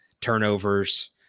turnovers